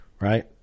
Right